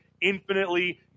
infinitely